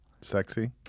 Sexy